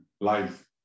life